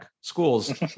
schools